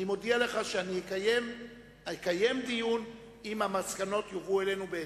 אני מודיע לך שאני אקיים דיון אם המסקנות יובאו אלינו בהקדם.